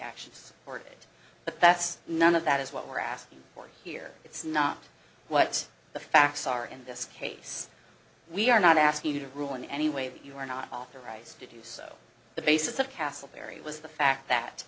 actions for it but that's none of that is what we're asking for here it's not what the facts are in this case we are not asking you to rule in any way that you are not authorized to do so the basis of castleberry was the fact that